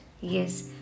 Yes